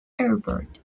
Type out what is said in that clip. airport